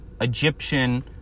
Egyptian